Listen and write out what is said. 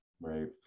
Right